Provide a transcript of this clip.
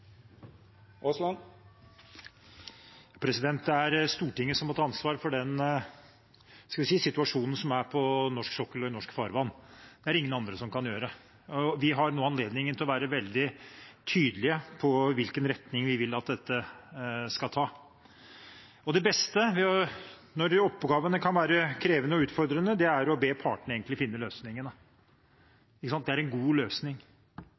Det er Stortinget som må ta ansvaret for den situasjonen som er på norsk sokkel og i norske farvann. Det er det ingen andre som kan gjøre, og vi har nå anledning til å være veldig tydelige på hvilken retning vi vil at dette skal ta. Det beste, når oppgavene kan være krevende og utfordrende, er å be partene om å finne løsningene. Ikke sant? Det er en god løsning.